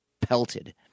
pelted